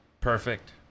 perfect